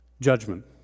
Judgment